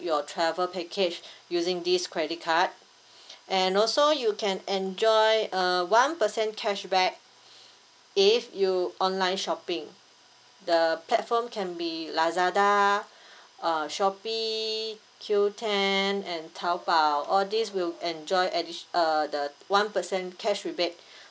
your travel package using this credit card and also you can enjoy uh one percent cashback if you online shopping the platform can be lazada uh shopee Q ten and taobao all these will enjoy additio~ uh the one percent cash rebate